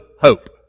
hope